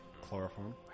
Chloroform